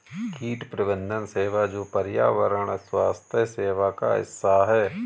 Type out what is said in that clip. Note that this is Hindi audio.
कीट प्रबंधन सेवा जो पर्यावरण स्वास्थ्य सेवा का हिस्सा है